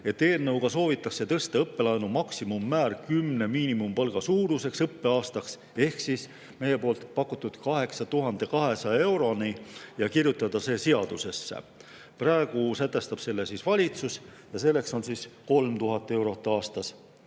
et eelnõuga soovitakse tõsta õppelaenu maksimummäär õppeaastaks 10 miinimumpalga suuruseks ehk siis meie poolt pakutud 8200 euroni ja kirjutada see seadusesse. Praegu sätestab selle [summa] valitsus ja selleks on 3000 eurot aastas.